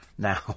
Now